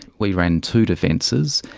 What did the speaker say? we ran two defences.